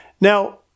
Now